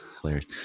hilarious